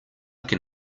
can